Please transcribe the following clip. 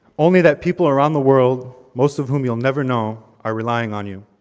only that people are on the world, most of whom you'll never know are relying on you,